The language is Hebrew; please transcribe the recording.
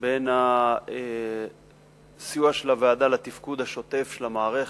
בין הסיוע של הוועדה לתפקוד השוטף של המערכת,